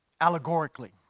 allegorically